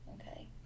Okay